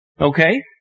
okay